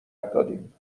دادیم